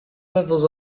levels